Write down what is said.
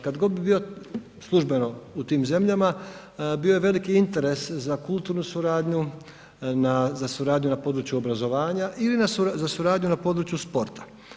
Kada god bi bio službeno u tim zemljama, bio je veliki interes za kulturnu suradnju, za suradnju na području obrazovanja ili za suradnju na području sporta.